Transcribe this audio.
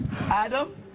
Adam